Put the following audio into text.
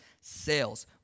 sales